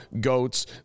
goats